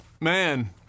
man